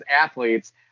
athletes